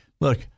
Look